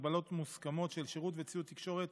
הגבלות מוסכמות של שירות וציוד תקשורת),